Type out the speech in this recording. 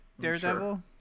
daredevil